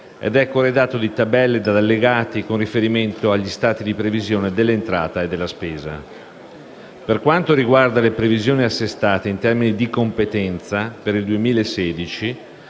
ed è corredato di tabelle e allegati con riferimento agli stati di previsione dell'entrata e della spesa. Per quanto riguarda le previsioni assestate in termini di competenza per il 2016,